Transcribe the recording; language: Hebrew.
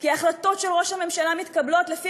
כי החלטות של ראש הממשלה מתקבלות לפי